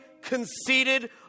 conceited